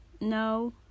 no